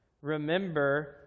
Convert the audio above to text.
remember